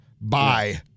bye